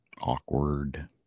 awkward